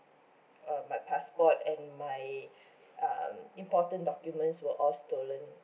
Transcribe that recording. uh my passport and my um important documents were all stolen